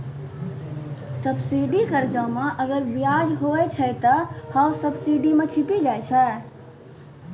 subsidy कर्जा मे अगर बियाज हुवै छै ते हौ सब्सिडी मे छिपी जाय छै